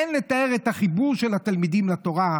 אין לתאר את החיבור של התלמידים לתורה,